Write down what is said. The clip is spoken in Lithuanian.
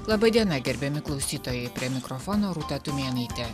laba diena gerbiami klausytojai prie mikrofono rūta tumėnaitė